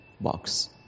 box